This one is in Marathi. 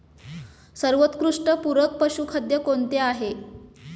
सर्वोत्कृष्ट पूरक पशुखाद्य कोणते आहे?